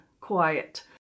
quiet